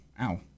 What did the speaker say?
ow